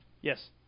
Yes